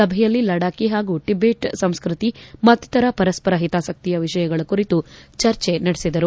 ಸಭೆಯಲ್ಲಿ ಲಡಾಕಿ ಹಾಗೂ ಟಿಬೆಟ್ ಸಂಸ್ಟತಿ ಮತ್ತಿತರ ಪರಸ್ಪರ ಹಿತಾಸಕ್ತಿಯ ವಿಷಯಗಳ ಕುರಿತು ಚರ್ಚೆ ನಡೆಸಿದರು